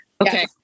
Okay